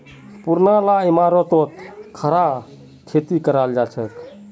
पुरना ला इमारततो खड़ा खेती कराल जाछेक